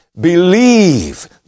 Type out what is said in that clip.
Believe